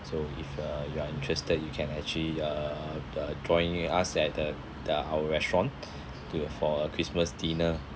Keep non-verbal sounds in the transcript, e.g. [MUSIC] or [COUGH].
so if uh you are interested you can actually uh uh join in with us at the the our restaurant [BREATH] to for a christmas dinner